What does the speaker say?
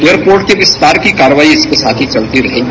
airport के विस्तार की कार्रवाई इसके साथ ही चलती रहेगी